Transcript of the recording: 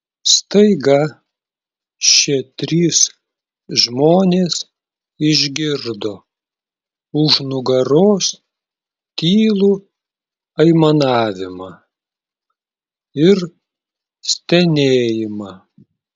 staiga šie trys žmonės išgirdo už nugaros tylų aimanavimą ir stenėjimą